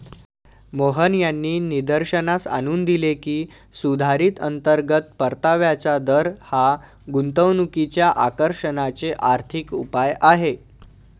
मोहन यांनी निदर्शनास आणून दिले की, सुधारित अंतर्गत परताव्याचा दर हा गुंतवणुकीच्या आकर्षणाचे आर्थिक उपाय आहे